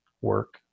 work